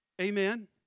Amen